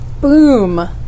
boom